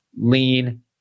lean